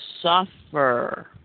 suffer